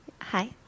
Hi